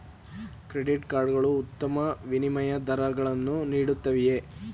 Credit card ಗಳು ಉತ್ತಮ ವಿನಿಮಯ ದರಗಳನ್ನು ನೀಡುತ್ತವೆಯೇ?